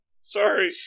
Sorry